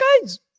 guy's